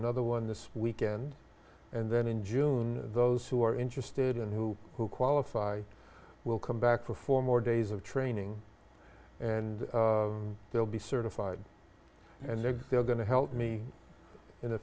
another one this weekend and then in june those who are interested and who who qualify will come back for four more days of training and they'll be certified and they're going to help me in the